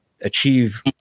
achieve